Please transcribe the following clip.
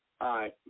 hi